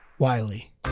Wiley